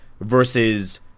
versus